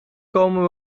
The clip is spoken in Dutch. komen